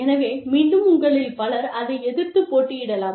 எனவே மீண்டும் உங்களில் பலர் அதை எதிர்த்துப் போட்டியிடலாம்